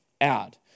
out